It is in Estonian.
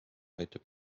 aitab